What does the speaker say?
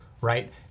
right